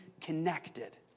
connected